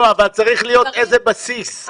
צריך להיות איזשהו בסיס.